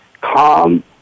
calm